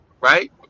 right